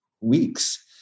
weeks